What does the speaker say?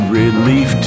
relief